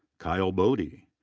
kyle bodie.